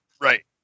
Right